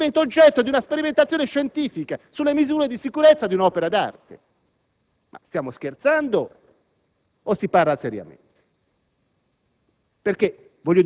L'«Annunciazione» diventa oggetto di una sperimentazione scientifica sulle misure di sicurezza di un'opera d'arte! Stiamo scherzando o si parla seriamente?